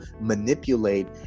manipulate